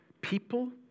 people